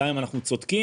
גם אם אנחנו צודקים,